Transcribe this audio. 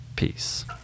Peace